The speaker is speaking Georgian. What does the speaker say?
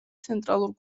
ცენტრალურ